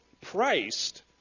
priced